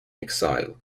exile